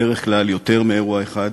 בדרך כלל, יותר מאירוע אחד.